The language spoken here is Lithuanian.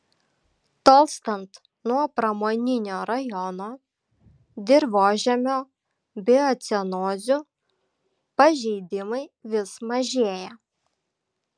tolstant nuo pramoninio rajono dirvožemio biocenozių pažeidimai vis mažėja